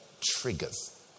triggers